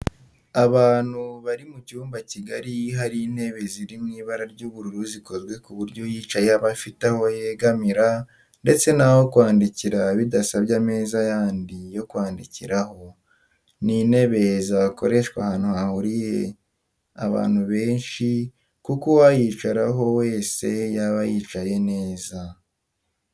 Abantu bari mu cyumba kigari hari intebe ziri mu ibara ry'ubururu zikozwe ku buryo uyicayeho aba afite aho yegamira ndetse n'aho kwandikira bidasabye ameza yandi yo kwandikiraho. Ni intebe zakoreshwa ahantu hahuriye abantu benshi kuko uwayicaraho wese yaba yicaye neza